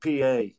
PA